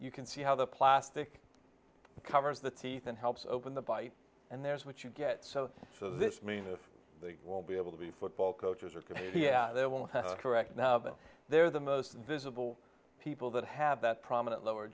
you can see how the plastic covers the teeth and helps open the bite and there's what you get so so this means of they won't be able to be football coaches are going to yeah they won't have a direct now that they're the most visible people that have that prominent lower